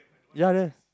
ya ya